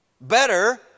Better